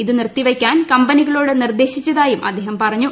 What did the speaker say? ഇത് നിർത്തിവെയ്ക്കാൻ കമ്പനികളോട് നിർദ്ദേശിച്ചതായും അദ്ദേഹം പറഞ്ഞു